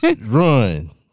run